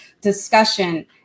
discussion